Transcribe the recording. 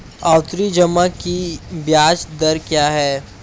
आवर्ती जमा की ब्याज दर क्या है?